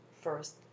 first